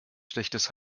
schlechtes